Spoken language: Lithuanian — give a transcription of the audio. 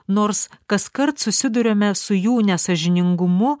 nors kaskart susiduriame su jų nesąžiningumu